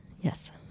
Yes